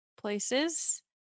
places